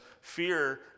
fear